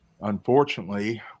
unfortunately